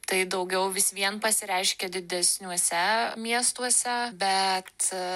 tai daugiau vis vien pasireiškia didesniuose miestuose bet